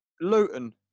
Luton